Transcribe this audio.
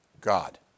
God